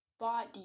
body